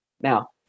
Now